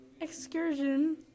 excursion